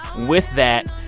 with that,